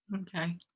Okay